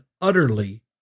utterly